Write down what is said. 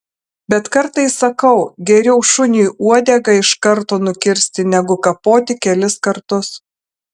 bet kartais sakau geriau šuniui uodegą iš karto nukirsti negu kapoti kelis kartus